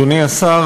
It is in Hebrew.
אדוני השר,